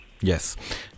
Yes